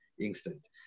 instant